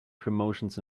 promotions